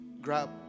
grab